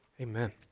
Amen